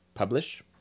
Publish